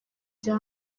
rya